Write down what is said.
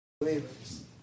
believers